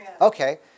Okay